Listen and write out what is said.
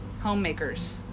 homemakers